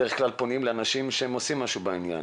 בדרך כלל פונים לאנשים שעושים משהו בעניין.